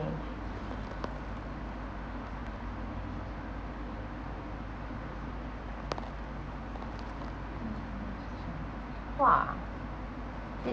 changed !wah! this